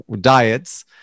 diets